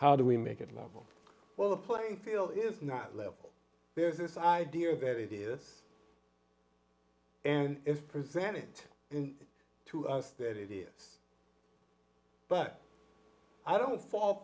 how do we make it level well the playing field is not level there's this idea that it is and it's presented to us that it is but i don't fa